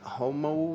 homo